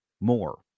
more